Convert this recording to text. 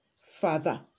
Father